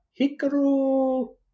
Hikaru